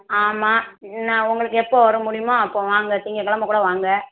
ஆமாம் நான் உங்களுக்கு எப்போது வர முடியுமோ அப்போது வாங்க திங்கக்கெழமை கூட வாங்க